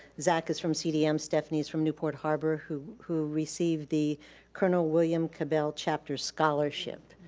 zach is from cdm, stephanie's from newport harbor, who who received the colonel william cabell chapter scholarship,